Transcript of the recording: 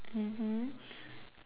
mmhmm